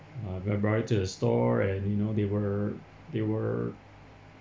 uh I brought to the store and you know they were they were